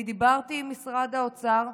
אני דיברתי עם משרד האוצר,